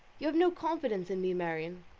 you have no confidence in me, marianne.